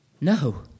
No